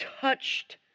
touched